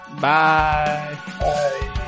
Bye